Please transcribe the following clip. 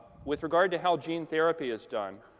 with regard to how gene therapy is done,